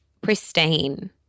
pristine